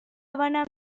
توانم